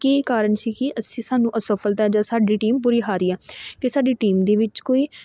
ਕੀ ਕਾਰਨ ਸੀ ਕਿ ਅਸੀਂ ਸਾਨੂੰ ਅਸਫਲਤਾ ਜਾਂ ਸਾਡੀ ਟੀਮ ਪੂਰੀ ਹਾਰੀ ਆ ਕਿ ਸਾਡੀ ਟੀਮ ਦੇ ਵਿੱਚ ਕੋਈ